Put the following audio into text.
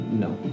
No